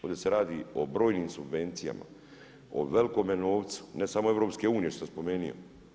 Ovdje se radi o brojnim subvencijama, o velkome novcu ne samo EU što sam spomenuo.